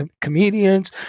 comedians